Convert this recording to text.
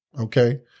Okay